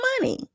money